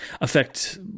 affect